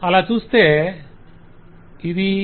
అలా చూస్తే ఇది ఇది ఇది